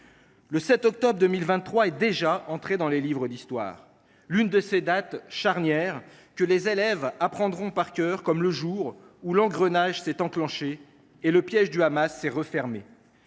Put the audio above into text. Le 7 octobre 2023 est déjà entré dans les livres d’histoire comme l’une de ces dates charnières que les élèves apprendront par cœur : le jour où l’engrenage s’est enclenché et où le piège du Hamas s’est refermé.